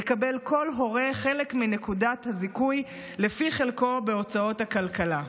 יקבל כל הורה חלק מנקודות הזיכוי לפי חלקו בהוצאות הכלכלה.